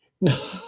No